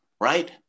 right